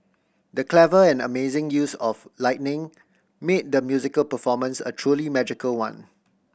the clever and amazing use of lighting made the musical performance a truly magical one